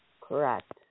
correct